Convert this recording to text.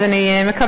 אז אני מקווה